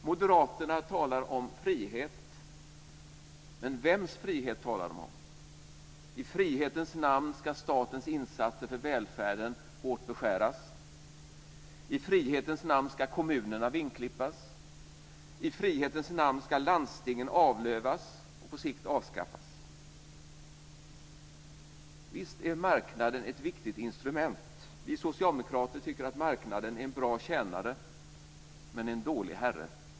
Moderaterna talar om frihet. Men vems frihet talar de om? I frihetens namn ska statens insatser för välfärden hårt beskäras. I frihetens namn ska kommunerna vingklippas. I frihetens namn ska landstingen avlövas och på sikt avskaffas. Visst är marknaden ett viktigt instrument. Vi socialdemokrater tycker att marknaden är en bra tjänare, men en dålig herre.